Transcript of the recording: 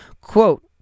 quote